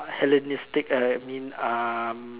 Hellenistic uh I mean um